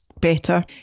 better